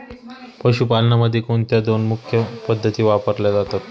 पशुपालनामध्ये कोणत्या दोन मुख्य पद्धती वापरल्या जातात?